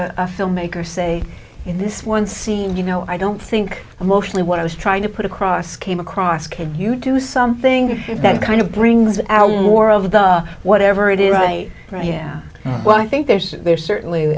had a filmmaker say in this one scene you know i don't think i'm mostly what i was trying to put across came across can you do something that kind of brings out more of the whatever it is right right yeah well i think there's there certainly